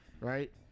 right